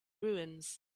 ruins